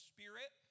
Spirit